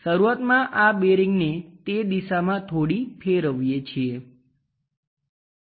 શરૂઆતમાં આ બેરિંગને તે દિશામાં થોડી ફેરવીએ છીએ